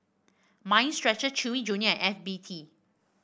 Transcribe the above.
Mind Stretcher Chewy Junior F B T